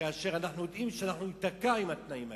כאשר אנחנו יודעים שאנחנו ניתקע עם התנאים האלה.